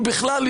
אם בכלל,